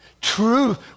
Truth